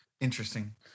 Interesting